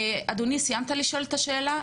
אדוני, סיימת לשאול את השאלה?